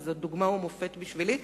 וזו דוגמה ומופת בשבילי,